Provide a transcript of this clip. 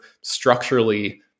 structurally